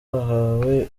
bahawe